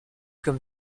comme